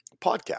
podcast